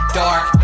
dark